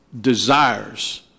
desires